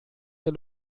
der